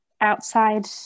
outside